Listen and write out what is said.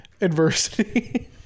adversity